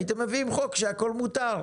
הייתם מביאים חוק שהכול מותר.